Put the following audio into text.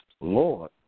Lord